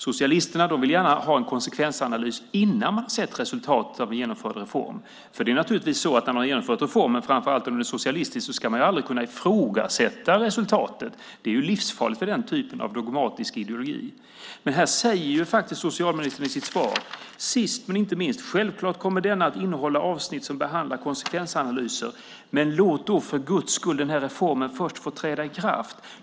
Socialisterna vill gärna ha en konsekvensanalys innan man har sett resultatet av en genomförd reform. För det är naturligtvis så att när man har genomfört reformen, framför allt om den är socialistisk, ska man aldrig kunna ifrågasätta resultatet. Det är ju livsfarligt för den typen av dogmatisk ideologi. Men socialministern säger faktiskt i sitt svar, sist men inte minst, att självklart kommer propositionen att innehålla avsnitt som behandlar konsekvensanalyser. Men låt då för Guds skull den här reformen först få träda i kraft!